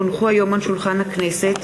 כי הונחו היום על שולחן הכנסת,